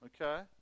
Okay